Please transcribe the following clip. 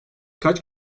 kaç